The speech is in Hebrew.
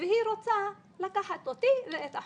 והיא רוצה לקחת אותי ואת אחותי.